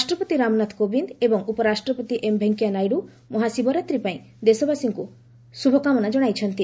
ରାଷ୍ଟ୍ରପତି ରାମନାଥ କୋବିନ୍ଦ ଏବଂ ଉପରାଷ୍ଟ୍ରପତି ଏମ୍ ଭେଙ୍କିୟାନାଇଡୁ ମହାଶିବରାତ୍ରି ପାଇଁ ଦେଶବାସୀଙ୍କୁ ଶୁଭକାମନା କ୍ଷାଇଛନ୍ତି